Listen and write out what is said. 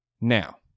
Now